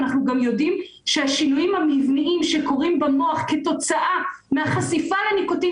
אנחנו יודעים שהשינויים המבניים שקורים במוח כתוצאה מהחשיפה לניקוטין